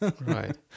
Right